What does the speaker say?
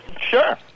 Sure